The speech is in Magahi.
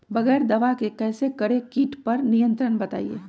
बगैर दवा के कैसे करें कीट पर नियंत्रण बताइए?